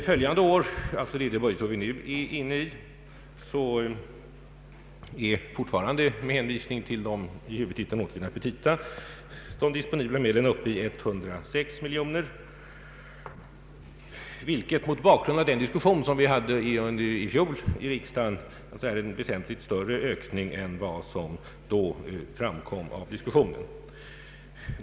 Följande år, d.v.s. det budgetår vi nu är inne i, är — fortfarande med hänvisning till de i huvudtiteln återgivna petita — de disponibla medlen uppe i 106 miljoner kronor, vilket är en väsentligt större ökning än den som riksdagen diskuterade i fjol.